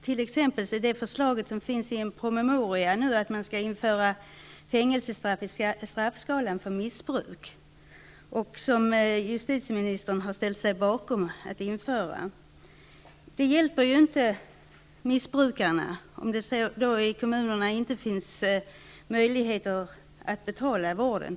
Det finns ett förslag i en promemoria om att man skall införa fängelsestraff i straffskalan för missbruk. Justitieministern har ställt sig bakom att införa detta. Det hjälper inte missbrukarna om man i kommunerna inte har möjlighet att betala vården.